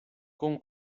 con